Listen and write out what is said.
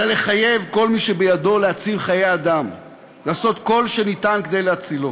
אלא לחייב כל מי שבידו להציל חיי אדם לעשות כל שניתן כדי להצילו,